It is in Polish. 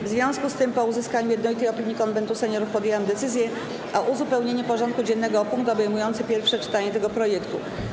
W związku z tym, po uzyskaniu jednolitej opinii Konwentu Seniorów, podjęłam decyzję o uzupełnieniu porządku dziennego o punkt obejmujący pierwsze czytanie tego projektu.